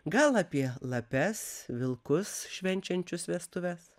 gal apie lapes vilkus švenčiančius vestuves